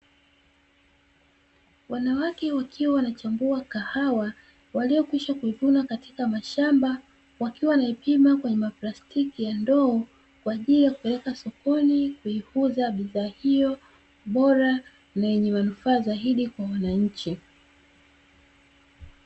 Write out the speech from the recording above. Wanawake wakiwa wanachambua kahawa waliyokwisha kuivuna katika mashamba wakiwa wanaipima kwenye maplastiki ya ndoo; kwa ajili ya kuipeleka sokoni kuiuza bidhaa hiyo bora na yenye manufaa zaidi kwa wananchi.